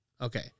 okay